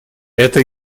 это